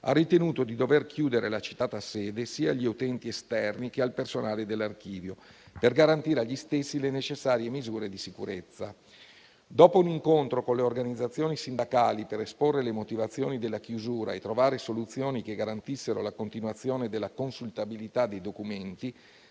ha ritenuto di dover chiudere la citata sede, sia agli utenti esterni che al personale dell'Archivio, per garantire agli stessi le necessarie misure di sicurezza. Dopo un incontro con le organizzazioni sindacali per esporre le motivazioni della chiusura e trovare soluzioni che garantissero la continuazione della consultabilità dei documenti,